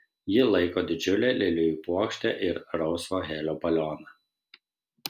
ji laiko didžiulę lelijų puokštę ir rausvą helio balioną